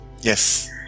Yes